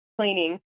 cleaning